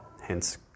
hence